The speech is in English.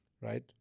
right